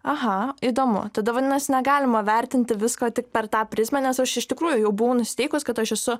aha įdomu tada vadinasi negalima vertinti visko tik per tą prizmę nes aš iš tikrųjų jau buvau nusiteikus kad aš esu